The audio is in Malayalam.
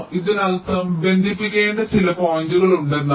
ഇതിനർത്ഥം ബന്ധിപ്പിക്കേണ്ട ചില പോയിന്റുകൾ ഉണ്ട് എന്നാണ്